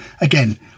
again